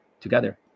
together